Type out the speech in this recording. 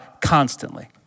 constantly